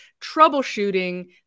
troubleshooting